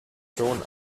schon